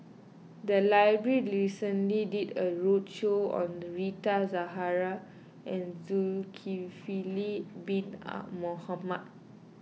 the library recently did a roadshow on Rita Zahara and Zulkifli Bin Mohamed